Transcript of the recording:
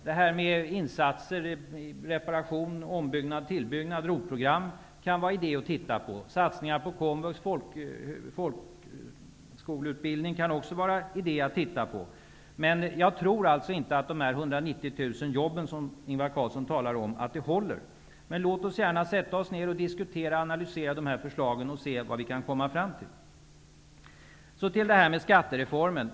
Det kan vara idé att se på insatser i form av ROT-program -- reparation, ombyggnad och tillbyggnad -- liksom också på satsningar på Komvux och folkhögskoleutbildning. Men jag tror inte att Ingvar Carlssons tal om 190 000 jobb håller. Låt oss ändå sätta oss ner och diskutera och analysera dessa förslag och se vad vi kan komma fram till. Så till skattereformen.